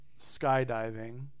skydiving